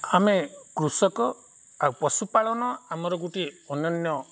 ଆମେ କୃଷକ ଆଉ ପଶୁପାଳନ ଆମର ଗୋଟିଏ ଅନନ୍ୟ